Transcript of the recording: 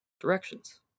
directions